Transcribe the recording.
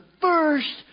first